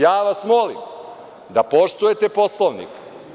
Ja vas molim da poštujete Poslovnik.